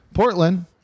Portland